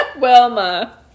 Wilma